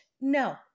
No